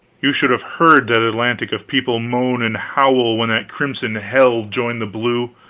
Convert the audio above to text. you should have heard that atlantic of people moan and howl when that crimson hell joined the blue!